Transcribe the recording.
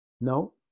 No